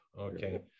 Okay